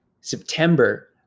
September